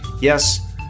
Yes